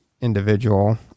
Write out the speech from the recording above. individual